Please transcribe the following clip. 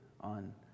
on